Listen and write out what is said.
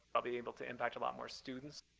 i'll be able to impact a lot more students